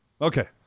okay